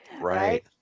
right